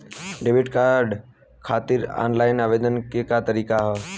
Debit card खातिर online आवेदन के का तरीकि ह?